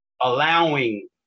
allowing